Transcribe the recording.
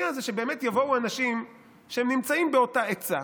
אפשרות שנייה זה שבאמת יבואו אנשים שנמצאים באותה עצה,